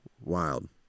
wild